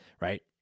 right